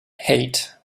hate